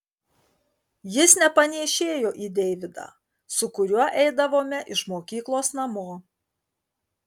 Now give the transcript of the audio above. jis nepanėšėjo į deividą su kuriuo eidavome iš mokyklos namo